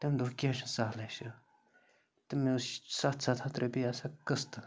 تٔمۍ دوٚپ کیٚنٛہہ چھُنہٕ سہلٕے چھُ تہٕ مےٚ اوس سَتھ سَتھ ہَتھ رۄپیہِ آسان قٕسطٕ